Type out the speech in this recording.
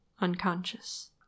unconscious